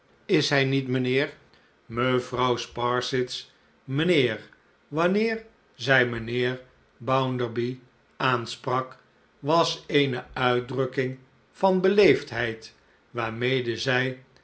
is hij niet mijnheer mevrouw sparsit's mijnheer wanneer zij mijnheer bounderby aansprak was eene uitdrukking van beleefdheid waarmede zij